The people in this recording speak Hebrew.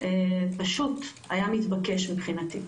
פשוט היה מתבקש מבחינתי.